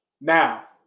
Now